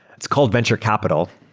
it's called venture capital,